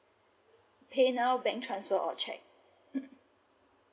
hey now bank transfer or check